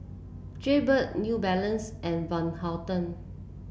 Jaybird New Balance and Van Houten